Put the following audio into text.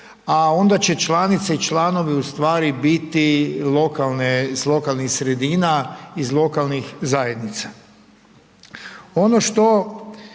a onda će članice i članovi u stvari biti iz lokalnih sredina, iz lokalnih zajednica. Ono što